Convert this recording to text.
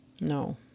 No